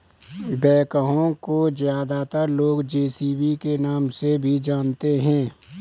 backhoe को ज्यादातर लोग जे.सी.बी के नाम से भी जानते हैं